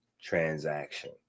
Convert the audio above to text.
transaction